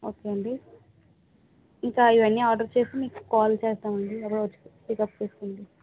okay అండి ఇంకా ఇవన్నీ ఆర్డర్ చేసి మీకు కాల్ చేస్తాం అండి ఎవరైనా వచ్చి పికప్ చేసుకోండి